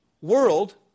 world